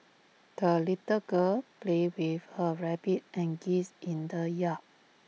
the little girl played with her rabbit and geese in the yard